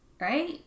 right